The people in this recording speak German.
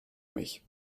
mich